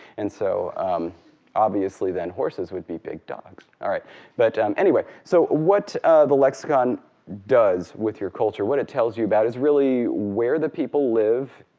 and so obviously then horses would be big dogs. but um anyway, so what the lexicon does with your culture, what it tells you about is really where the people live,